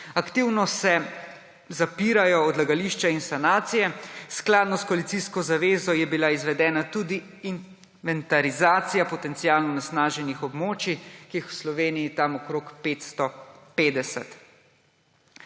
Aktivno se zapirajo odlagališča in sanacije, skladno s koalicijsko zavezo je bila izvedena tudi inventarizacija potencialno onesnaženih območij, ki jih je v Sloveniji tam okrog 550.